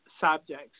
subjects